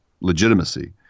legitimacy